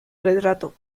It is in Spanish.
retrato